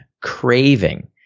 craving